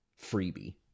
Freebie